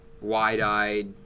wide-eyed